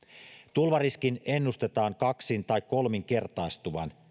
tulvariskin ennustetaan kaksin tai kolminkertaistuvan